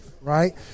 right